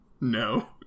no